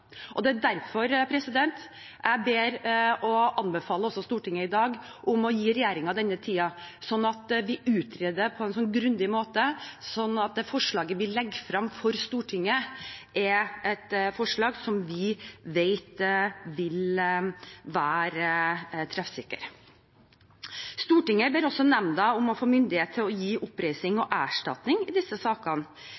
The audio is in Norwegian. Det er derfor jeg i dag ber om – og anbefaler – at Stortinget gir regjeringen denne tiden, slik at vi utreder på en så grundig måte at det forslaget vi legger fram for Stortinget, er et forslag som vi vet vil være treffsikkert. Stortinget ber også nemnda om å få myndighet til å gi oppreisning